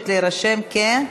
בעד,